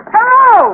Hello